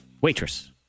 waitress